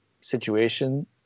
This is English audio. situation